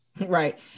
Right